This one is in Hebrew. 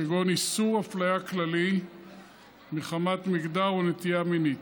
כגון איסור אפליה כללי מחמת מגדר או נטייה מינית.